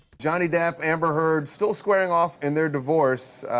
johnny depp, amber heard still squaring off in their divorce,